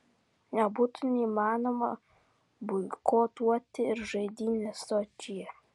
nebūtų neįmanoma boikotuoti ir žaidynes sočyje